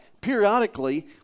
Periodically